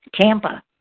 Tampa